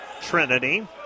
Trinity